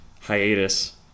hiatus